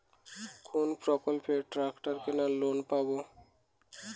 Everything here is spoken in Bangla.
কোন প্রকল্পে ট্রাকটার কেনার লোন পাব?